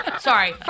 sorry